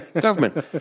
government